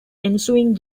ensuing